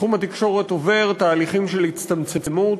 תחום התקשורת עובר תהליכים של הצטמצמות.